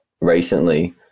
recently